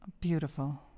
Beautiful